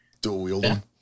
Dual-wielding